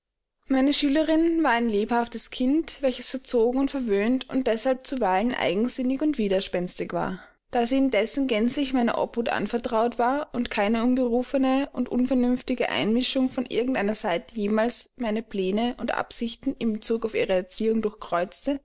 meine schülerin war ein lebhaftes kind welches verzogen und verwöhnt und deshalb zuweilen eigensinnig und widerspenstig war da sie indessen gänzlich meiner obhut anvertraut war und keine unberufene und unvernünftige einmischung von irgend einer seite jemals meine pläne und absichten in bezug auf ihre erziehung